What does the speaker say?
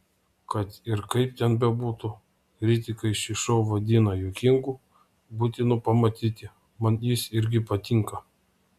kad ir kaip ten bebūtų kritikai šį šou vadina juokingu būtinu pamatyti man jis irgi patinka